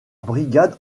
brigade